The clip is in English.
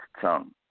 tongue